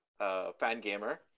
Fangamer